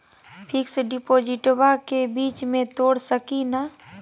Fix डिपोजिटबा के बीच में तोड़ सकी ना?